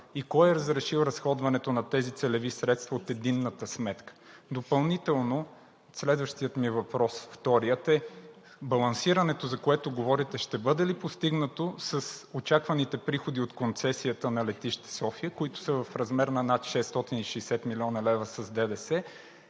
и кой е разрешил разходването на тези целеви средства от единната сметка? Допълнително следващият ми въпрос – вторият, е: балансирането, за което говорите, ще бъде ли постигнато с очакваните приходи от концесията на летище София, които са в размер на над 660 млн. лв. с ДДС,